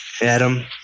Adam